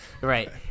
right